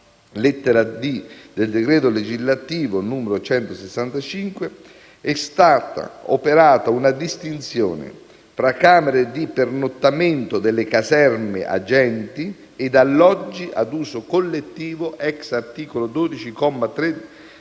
lettera *d)*, del decreto legislativo 30 marzo 2001, n. 165, è stata operata una distinzione fra camere di pernottamento delle caserme agenti ed alloggi ad uso collettivo *ex* articolo 12,